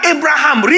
Abraham